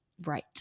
right